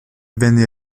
venne